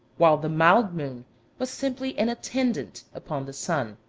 while the mild moon was simply an attendant upon the sun.